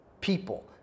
people